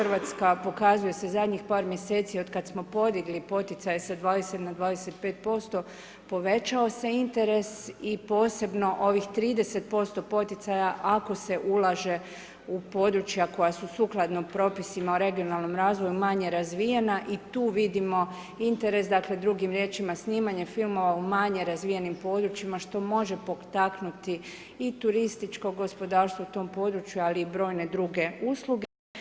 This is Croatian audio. RH pokazuje se zadnjih par mjeseci otkada smo podigli poticaje sa 20 na 25% povećao se interes i posebno ovih 30% poticaja ako se ulaže u područja koja su sukladno propisima o regionalnom razvoju manje razvijena i tu vidimo interes, dakle, drugim riječima snimanje filmova u manje razvijenim područjima, što može potaknuti i turističko gospodarstvo u tom području, ali i brojne druge usluge.